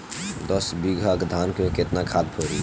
दस बिघा धान मे केतना खाद परी?